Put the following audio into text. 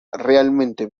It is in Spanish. realmente